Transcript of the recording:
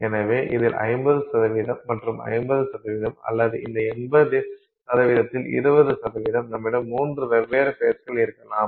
எனவே இதில் 50 மற்றும் 50 அல்லது இந்த 80 இல் 20 நம்மிடம் மூன்று வெவ்வேறு ஃபேஸ்கள் இருக்கலாம்